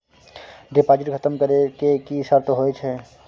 Deposit खतम करे के की सर्त होय छै?